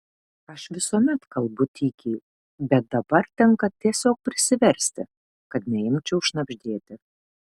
aš visuomet kalbu tykiai bet dabar tenka tiesiog prisiversti kad neimčiau šnabždėti